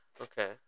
Okay